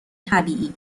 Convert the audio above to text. طبیعی